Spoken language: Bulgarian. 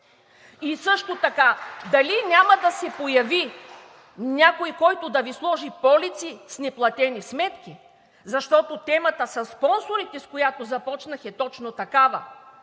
Също така дали няма да се появи някой, който да Ви сложи полици с неплатени сметки, защото темата със спонсорите, с която започнах, е точно такава.